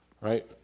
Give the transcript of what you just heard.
right